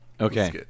Okay